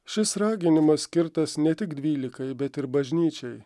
šis raginimas skirtas ne tik dvylikai bet ir bažnyčiai